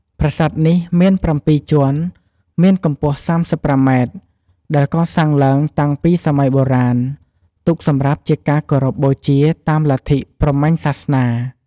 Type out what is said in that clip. ប្រាសាទនេះមាន៧ជាន់ មានកំពស់ ៣៥ម៉ែត្រ ដែលកសាងឡើងតាំងពីសម័យបុរាណ ទុកសំរាប់ជាការគោរពបូជាតាមលទ្ធិព្រហ្មញ្ញសាសនា។